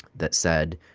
that said,